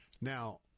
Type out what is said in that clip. Now